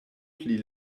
pli